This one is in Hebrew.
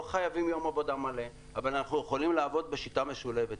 אנחנו לא חייבים יום עבודה מלא אבל אנחנו יכולים לעבוד בשיטה משולבת.